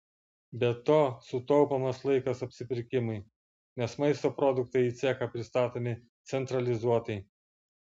be to sutaupomas laikas apsipirkimui nes maisto produktai į cechą pristatomi centralizuotai